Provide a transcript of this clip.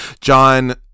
John